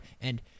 And-